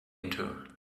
into